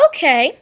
Okay